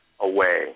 away